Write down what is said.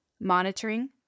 monitoring